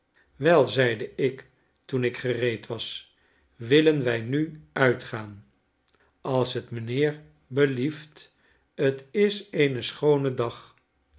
zeide ik toen ik gereed was b willen wij nu uitgaan fl als t mijnheer belieft t is een schoone dag